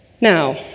Now